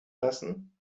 lassen